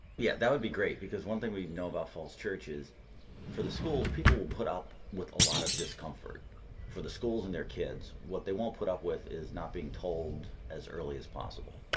yeah that would be great because one thing we know about falls church is for the schools people will put up with a lot of discomfort for the schools and their kids what they won't put up with is not being told as early as possible